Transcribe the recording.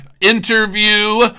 interview